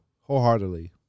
wholeheartedly